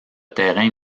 terrain